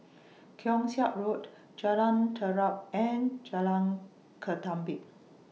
Keong Saik Road Jalan Terap and Jalan Ketumbit